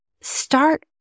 start